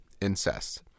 incest